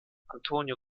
antonio